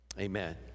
amen